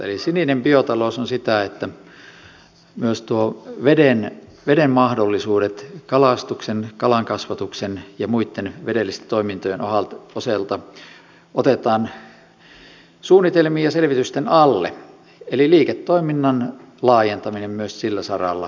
eli sininen biotalous on sitä että myös veden mahdollisuudet kalastuksen kalankasvatuksen ja muitten vedellisten toimintojen osalta otetaan suunnitelmiin ja selvitysten alle eli liiketoiminnan laajentaminen myös sillä saralla on tavoitteena